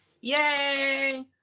Yay